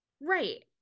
Right